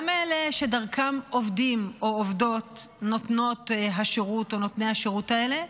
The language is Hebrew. גם לאלה שדרכם עובדים או עובדות נותנות השירות או נותני השירות האלה,